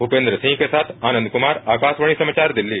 भूपेंद्र सिंह के साथ आनंद कुमार आकाशवाणी समाचार दिल्ली